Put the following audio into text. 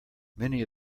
many